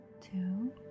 two